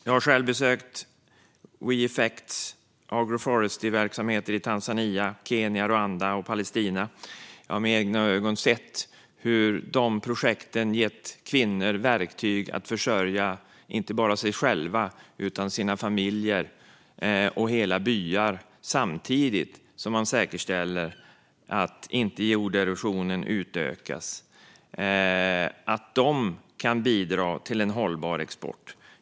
Jag har själv besökt We Effects agroforestry-verksamheter i Tanzania, Kenya, Rwanda och Palestina. Jag har med egna ögon sett hur dessa projekt har gett kvinnor verktyg att försörja inte bara sig själva utan även sina familjer och hela byar samtidigt som man säkerställer att jorderosionen inte utökas och att de bidrar till en hållbar export.